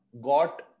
got